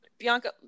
Bianca